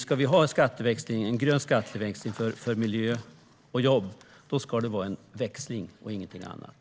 Ska vi ha en grön skatteväxling för miljö och jobb, då ska det vara en växling och ingenting annat!